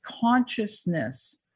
consciousness